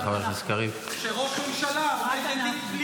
מה לעשות שאתם ממשלה שחשודה בפלילים?